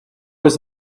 was